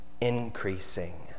increasing